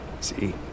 See